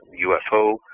UFO